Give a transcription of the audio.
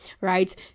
right